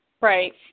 Right